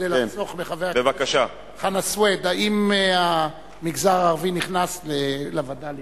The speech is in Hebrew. כדי לחסוך לחבר הכנסת חנא סוייד: האם המגזר הערבי נכנס לווד"לים?